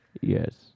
Yes